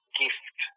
gift